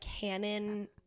canon